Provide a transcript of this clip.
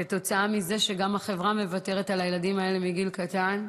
כתוצאה מזה שגם החברה מוותרת על הילדים האלה מגיל קטן,